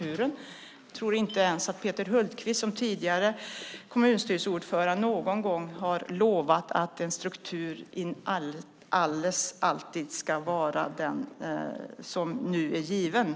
Jag tror inte att ens Peter Hultqvist som tidigare kommunstyrelseordförande någon gång lovat att en struktur alltid ska vara den som nu är given.